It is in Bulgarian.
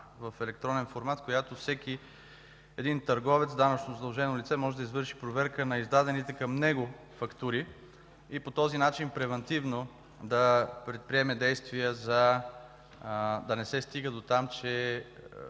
в електронен формат, в която всеки един търговец, данъчно задължено лице може да извърши проверка на издадените към него фактури и по този начин превантивно да предприеме действия да не се стига дотам, че